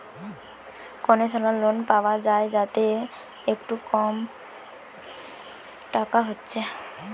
concessional loan পায়া যায় যাতে একটু টাকা কম হচ্ছে